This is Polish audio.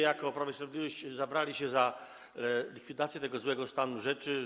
Jako Prawo i Sprawiedliwość zabraliśmy się za likwidację tego złego stanu rzeczy.